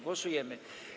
Głosujemy.